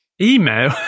email